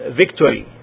victory